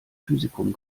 physikum